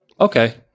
okay